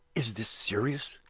is this serious?